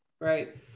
right